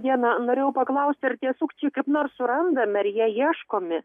diena norėjau paklausti ar tie sukčiai kaip nors surandami ar jie ieškomi